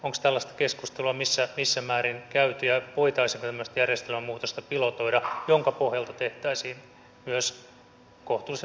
onko tällaista keskustelua missä määrin käyty ja voitaisiinko tämmöistä järjestelmän muutosta pilotoida jonka pohjalta tehtäisiin myös kohtuullisen pikaisesti lainmuutoksia